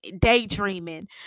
daydreaming